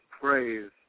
praise